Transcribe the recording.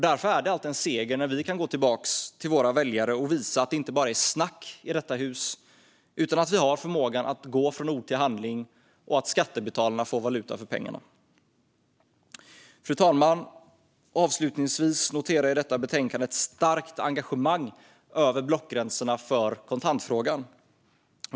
Därför är det alltid en seger när vi kan gå tillbaka till våra väljare och visa att det inte bara är snack i detta hus utan att vi har förmågan att gå från ord till handling och att skattebetalarna får valuta för pengarna. Fru talman! Avslutningsvis noterar jag i detta betänkande ett starkt engagemang över blockgränserna för kontantfrågan.